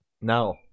No